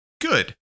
Good